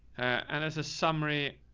and as a summary.